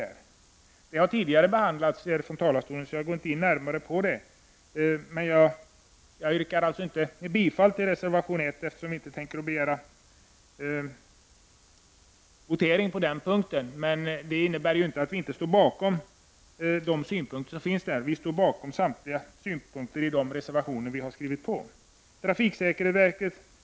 Detta har tidigare tagits upp från talarstolen, och därför går jag inte närmare in på det. Jag yrkar alltså inte bifall till reservation 1, eftersom vi inte tänker begära votering på den punkten, men det innebär inte att vi inte står bakom synpunkterna i denna reservation. Vi står bakom samtliga synpunkter i de reservationer som vi har fogat till betänkandet.